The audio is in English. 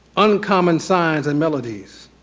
uncommon signs and melodies,